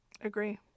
Agree